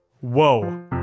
whoa